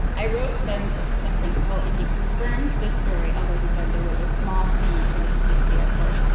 i wrote ben's assistant principal, and he confirmed this story, although he said there was a small fee for the ticket at the airport.